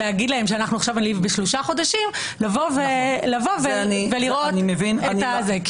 להגיד להם שאנחנו עכשיו בשלושה חודשים לבוא ולראות את זה.